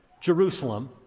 Jerusalem